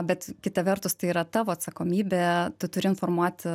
bet kita vertus tai yra tavo atsakomybė tu turi informuoti